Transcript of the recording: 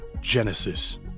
Genesis